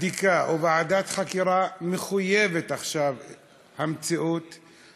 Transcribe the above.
ועדת בדיקה או ועדת חקירה מחויבת המציאות עכשיו.